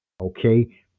okay